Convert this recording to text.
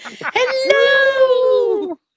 Hello